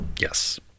Yes